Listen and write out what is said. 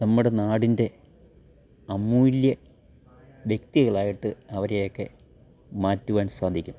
നമ്മുടെ നാടിൻ്റെ അമൂല്യ വ്യക്തികളായിട്ട് അവരെയൊക്കെ മാറ്റുവാൻ സാധിക്കും